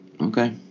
Okay